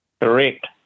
Correct